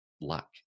luck